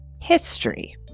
history